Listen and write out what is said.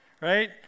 right